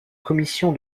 commission